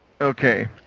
Okay